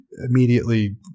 immediately